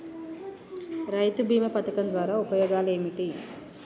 రైతు బీమా పథకం ద్వారా ఉపయోగాలు ఏమిటి?